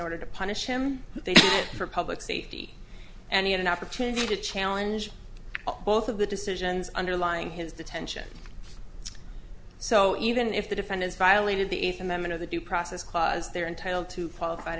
order to punish him for public safety and he had an opportunity to challenge both of the decisions underlying his detention so even if the defendants violated the eighth amendment of the due process clause they're entitled to qualif